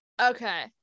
Okay